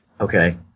Okay